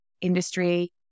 industry